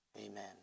Amen